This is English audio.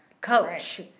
coach